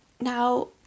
Now